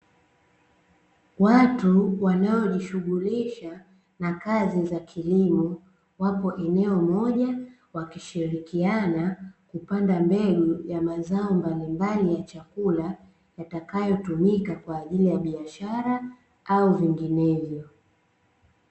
Watu wanaojishughulisha na kazi za kilimo, wapo eneo moja wakishirikiana kupanda mbegu za mazao mbalimbali ya chakula, yatakayotumika kwa ajili ya biashara au vinginevyo.